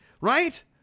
right